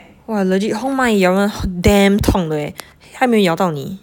!wah! legit 红蚂蚁咬人 damn 痛的 eh 它有没有咬到你